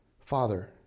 father